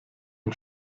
ein